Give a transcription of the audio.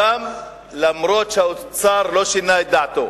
אף שהאוצר שלא שינה את דעתו,